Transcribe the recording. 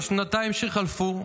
בשנתיים שחלפו,